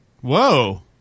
Whoa